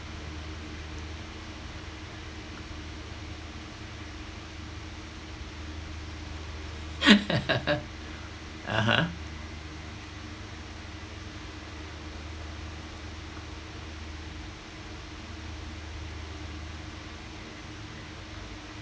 (uh huh)